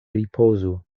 ripozu